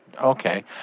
Okay